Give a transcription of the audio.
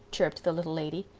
chirped the little lady.